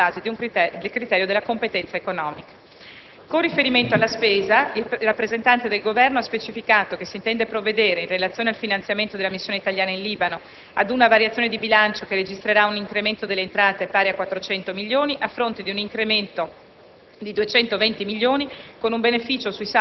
In quella sede le entrate vengono peraltro contabilizzate sulla base del criterio della competenza economica. Con riferimento alla spesa, il rappresentante del Governo ha specificato che si intende provvedere, in relazione al finanziamento della missione italiana in Libano, ad una variazione di bilancio che registrerà un incremento delle entrate pari a 400 milioni, a fronte di un incremento